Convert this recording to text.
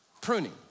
Pruning